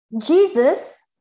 Jesus